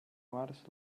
març